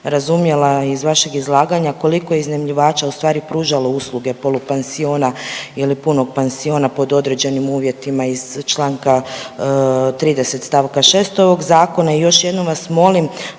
razumjela iz vašeg izlaganja koliko je iznajmljivača u stvari pružalo usluge polupansiona ili punog pansiona pod određenim uvjetima iz Članka 30. stavka 6. ovog zakona. I još jednom vas molim